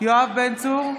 יואב בן צור,